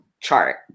chart